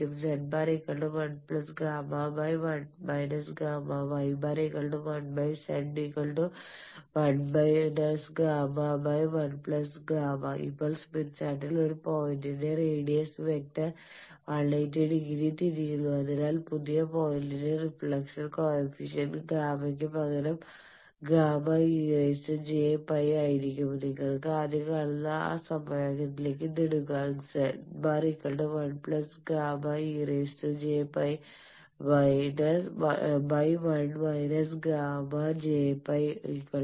z̄1Γ1 Γ Ȳ1z1 Γ1Γ ഇപ്പോൾ സ്മിത്ത് ചാർട്ടിൽ ഒരു പോയിന്റിന്റെ റേഡിയസ് വെക്റ്റർ 180 ഡിഗ്രി തിരിയുന്നു അതിനാൽ പുതിയ പോയിന്റിന്റെ റിഫ്ലക്ഷൻ കോയെഫിഷ്യന്റ് ഗാമയ്ക്ക് പകരം Γeʲπ ആയിരിക്കും നിങ്ങൾ ആദ്യം കാണുന്ന ആ സമവാക്യത്തിലേക്ക് അത് ഇടുക